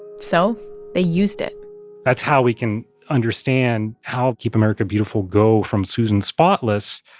so they used it that's how we can understand how keep america beautiful go from susan spotless